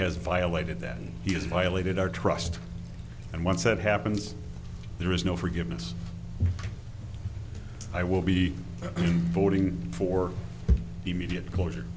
has violated that he has violated our trust and once that happens there is no forgiveness i will be voting for immediate closure